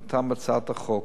הכללתם בהצעת החוק".